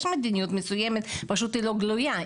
יש מדיניות מסוימת פשוט לא גלויה,